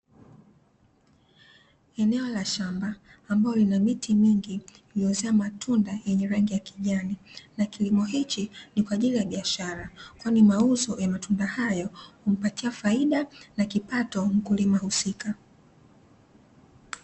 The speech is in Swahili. Eneo la shamba ambalo lina miti mingi iliyozaa matunda yenye rangi ya kijani na kilimo hichi ni kwa ajili ya biashara, kwani mauzo ya matunda hayo humpatia faida kwa mkulima wa matunda husika.